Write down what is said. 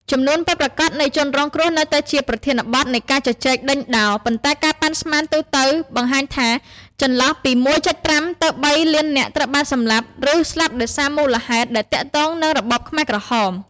ចំនួនពិតប្រាកដនៃជនរងគ្រោះនៅតែជាប្រធានបទនៃការជជែកដេញដោល ប៉ុន្តែការប៉ាន់ស្មានទូទៅបង្ហាញថាចន្លោះពី ១.៥ ទៅ ៣ លាននាក់ ត្រូវបានសម្លាប់ ឬស្លាប់ដោយសារមូលហេតុដែលទាក់ទងនឹងរបបខ្មែរក្រហម។